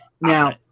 Now